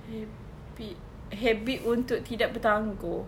habit habit untuk tidak bertangguh